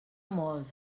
molts